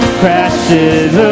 crashes